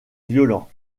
violent